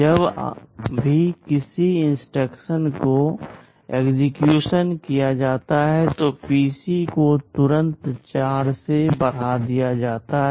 जब भी किसी इंस्ट्रक्शन को एक्सेक्यूशन किया जाता है तो पीसी को तुरंत 4 से बढ़ा दिया जाता है